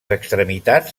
extremitats